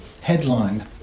headline